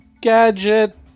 gadget